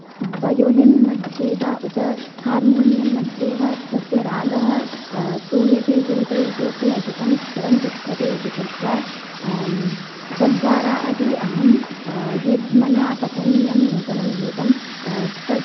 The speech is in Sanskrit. वयोलिन् मध्ये वा उत हार्मोनियं मध्ये वा तस्य रागः श्रूयते चेत् इतोपि अधिकं स्थिरं तिष्ठति इति कृत्वा तद्वारा अपि अहं यद् मया पठनीयं नूतनं गीतं तद्